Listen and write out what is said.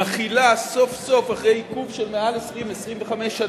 מחילה סוף-סוף, אחרי עיכוב של יותר מ-20 25 שנה,